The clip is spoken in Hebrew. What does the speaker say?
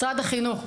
משרד החינוך,